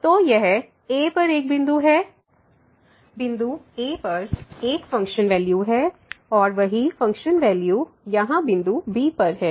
तो यह a पर एक बिंदु है बिंदु a पर एक फ़ंक्शन वैल्यू है और वही फंकशन वैल्यू यहाँ बिंदु b पर है